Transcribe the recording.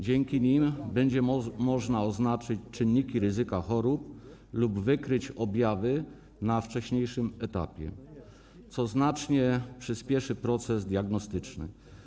Dzięki nim będzie można oznaczyć czynniki ryzyka chorób lub wykryć objawy na wcześniejszym etapie, co znacznie przyspieszy proces diagnostyczny.